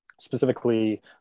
specifically